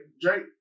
Drake